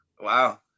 Wow